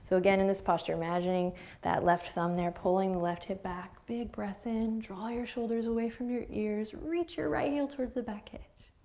so again, in this posture, imagining that left thumb there, pulling the left hip back. big breath in, draw your shoulders away from your ears. reach your right heel towards the back edge.